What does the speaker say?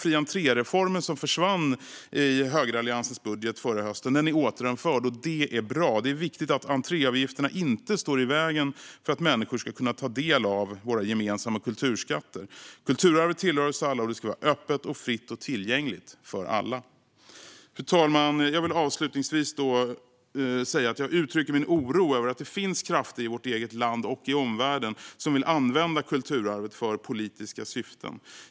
Fri-entré-reformen som försvann i högeralliansens budget förra hösten är återinförd. Det är bra. Det är viktigt att entréavgifterna inte står i vägen för att människor ska kunna ta del av våra gemensamma kulturskatter. Kulturarvet tillhör oss alla och ska vara öppet och fritt och tillgängligt för alla. Fru talman! Avslutningsvis vill jag uttrycka min oro över att det finns krafter i vårt eget land och i omvärlden som vill använda kulturarvet för politiska syften.